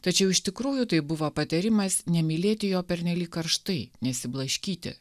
tačiau iš tikrųjų tai buvo patarimas nemylėti jo pernelyg karštai nesiblaškyti